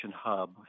hub